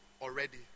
already